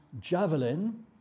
javelin